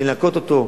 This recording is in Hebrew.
לנקות אותו,